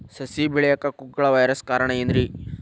ಸಸಿ ಬೆಳೆಯಾಕ ಕುಗ್ಗಳ ವೈರಸ್ ಕಾರಣ ಏನ್ರಿ?